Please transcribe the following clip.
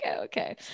Okay